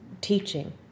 teaching